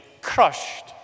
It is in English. crushed